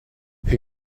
who